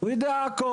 הוא יודע הכל.